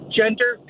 gender